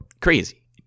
crazy